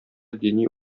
дини